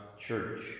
church